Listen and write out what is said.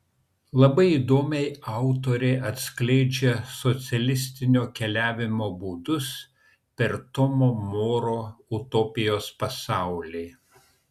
labai įdomiai autorė atskleidžia socialistinio keliavimo būdus per tomo moro utopijos pasaulį